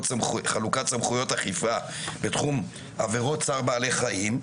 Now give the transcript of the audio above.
סמכויות אכיפה בתחום עבירות צער בעלי חיים,